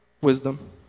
Wisdom